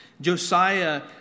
Josiah